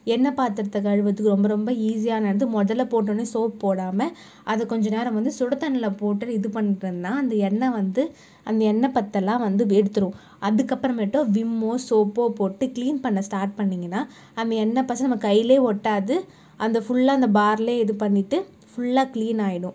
எண்ணெய் பாத்திரத்த கழுவுகிறத்துக்கு ரொம்ப ரொம்ப ஈஸியானது மொதலில் போட்டோனேயே சோப்பு போடாமல் அதை கொஞ்சம் நேரம் வந்து சுடு தண்ணியில் போட்டு இது பண்ணிவிட்டு வந்தால் இந்த எண்ணெய் அந்த எண்ணெய் பத்தெல்லாம் வந்து எடுத்துடும் அதுக்கு அப்புறமேட்டு விம்மோ சோப்போ போட்டு கிளீன் பண்ண ஸ்டார்ட் பண்ணிங்கனா அந்த எண்ணெய் பசை நம்ம கையில் ஒட்டாது அந்த ஃபுல்லாக அந்த பாரில் இது பண்ணிவிட்டு ஃபுல்லாக கிளீனாகிடும்